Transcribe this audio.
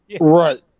Right